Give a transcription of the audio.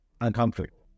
uncomfortable